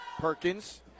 perkins